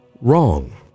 wrong